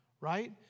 right